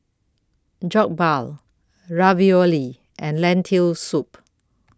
Jokbal Ravioli and Lentil Soup